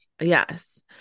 yes